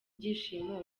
byishimo